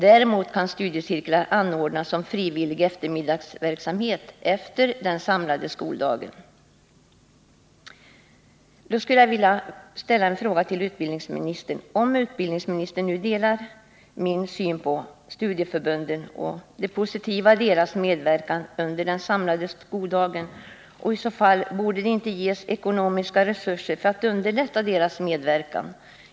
Däremot kan studiecirklar anordnas som frivillig eftermiddagsverksamhet efter den samlade skoldagen.” Jag skulle vilja fråga utbildningsministern: Om utbildningsministern delar min syn på studieförbunden och på det positiva i deras medverkan i den samlade skoldagen, anser inte utbildningsministern då att studieförbunden borde ges ekonomiska resurser så att man underlättade deras medverkan?